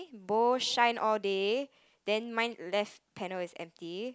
bowl shine all day then mine left panel is empty